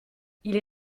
ils